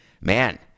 Man